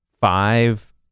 five